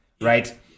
right